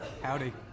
Howdy